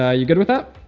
ah you good with that?